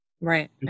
Right